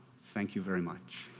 thank you very much.